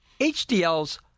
HDLs